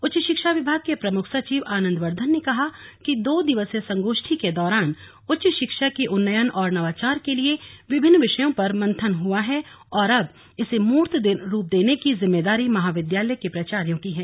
उच्च शिक्षा विभाग के प्रमुख सचिव आनन्द बर्द्वन ने कहा कि दो दिवसीय संगोष्ठी के दौरान उच्च शिक्षा के उन्नयन और नवाचार के लिए विभिन्न विषयों पर मंथन हुआ है और अब इसे मूर्त देने की जिम्मेदारी महाविद्यालय के प्राचार्यो की है